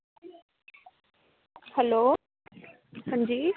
hello हां जी